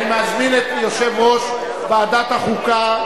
מזמין את יושב-ראש ועדת החוקה,